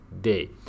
day